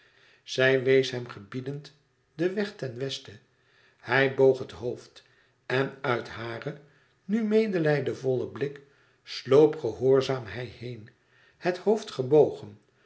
zij wees hem gebiedend den weg ten westen hij boog het hoofd en uit haren nu meêlijdvollen blik sloop gehoorzaam hij heen het hoofd gebogen